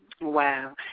Wow